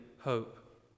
hope